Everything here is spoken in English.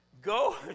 Go